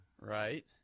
right